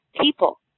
people